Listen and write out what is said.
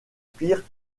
pires